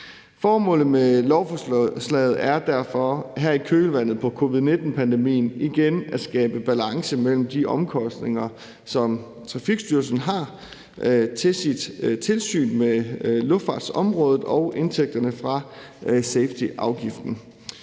Formålet med lovforslaget er derfor her i kølvandet på covid-19-pandemien igen at skabe balance mellem de omkostninger, som Trafikstyrelsen har til sit tilsyn med luftfartsområdet, og indtægterne fra safetyafgiften.